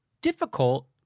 difficult